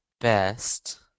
best